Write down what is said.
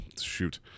shoot